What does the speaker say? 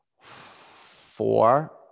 Four